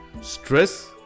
stress